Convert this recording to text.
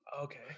Okay